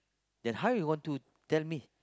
then how you want to tell me